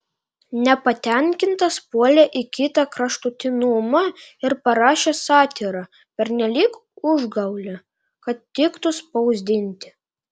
nepatenkintas puolė į kitą kraštutinumą ir parašė satyrą pernelyg užgaulią kad tiktų spausdinti